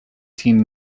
team